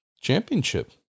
Championship